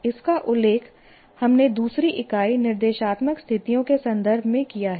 इसका उल्लेख हमने दूसरी इकाई निर्देशात्मक स्थितियों के संदर्भ में किया है